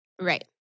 Right